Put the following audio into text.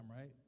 right